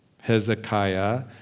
Hezekiah